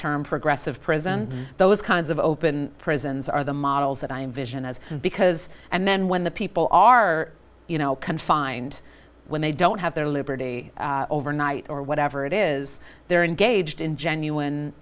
term progressive prison those kinds of open prisons are the models that i envision as because and then when the people are you know confined when they don't have their liberty over night or whatever it is they're in gauged in